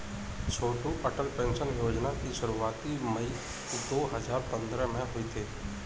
छोटू Atal pension योजना की शुरुआत मई दो हज़ार पंद्रह में हुई थी